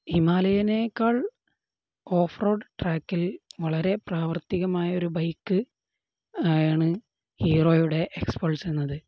ഹിമാലയനേക്കാൾ off road ട്രാക്കിൽ വളരെ പ്രാവർത്തികമായൊരു ബൈക്ക് ആണ് ഹീറോയുടെ എക്സ്പൾസ് എന്നത്